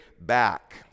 back